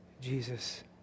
Jesus